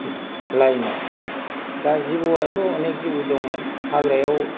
लायना दा जिबौवाथ' अनेख जिबौ दंमोन हाग्रायाव